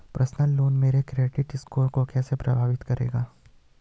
Personal loan मेरे credit score को कैसे प्रभावित करेगा?